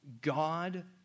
God